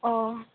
औ